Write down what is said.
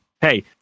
hey